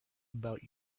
about